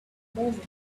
moment